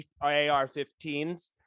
ar-15s